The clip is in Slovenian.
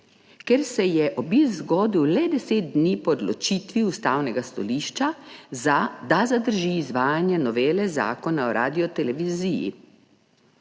ker se je obisk zgodil le deset dni po odločitvi Ustavnega sodišča za, da zadrži izvajanje novele zakona o radioteleviziji;